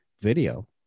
video